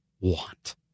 want